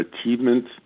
achievements